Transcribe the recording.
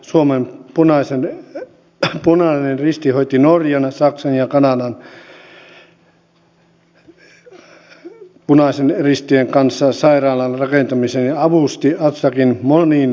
suomen punainen risti hoiti norjan saksan ja kanadan punaisten ristien kanssa sairaalan rakentamisen ja avusti azraqia monin muin tavoin